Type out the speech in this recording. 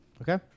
Okay